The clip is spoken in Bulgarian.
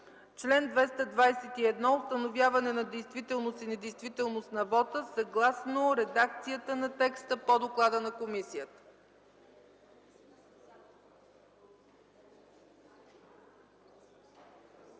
чл. 221 – „Установяване на действителност и недействителност на вота”, съгласно редакцията на текста по доклада на комисията.